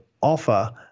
offer